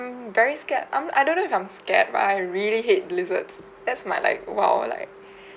very scared I'm I don't know if I'm scared I but really hate lizards that's my like !wow! like